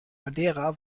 madeira